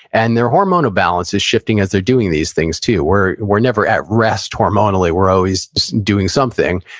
and their hormonal balance is shifting as they're doing these things too. where, we're never at rest, hormonally, we're always doing something.